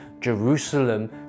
Jerusalem